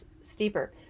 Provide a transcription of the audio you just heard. steeper